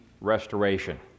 restoration